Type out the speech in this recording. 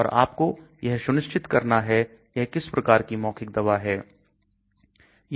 और आपको यह सुनिश्चित करना है यह किस प्रकार की मौखिक दवा होगी